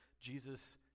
Jesus